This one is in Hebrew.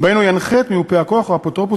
שבהן הוא ינחה את מיופה הכוח או האפוטרופוס